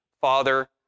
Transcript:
father